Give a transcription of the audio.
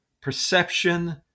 perception